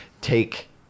take